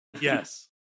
Yes